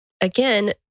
Again